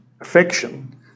affection